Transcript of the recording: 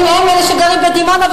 הם אלה שגרים בדימונה,